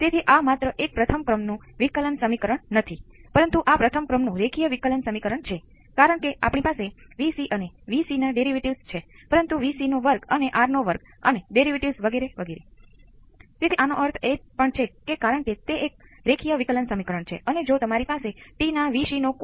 શું મારે અહીં પ્રથમ ઓર્ડર સંબંધની અપેક્ષા રાખવી જોઈએ અથવા ઠીક છે મને બીજી સર્કિટ લેવા દો કે જેના માટે તમે વિભેદક સમીકરણ લખવાનો પ્રયાસ કરી શકો